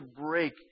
break